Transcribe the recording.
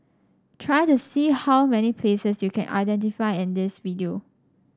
try to see how many places you can identify in his video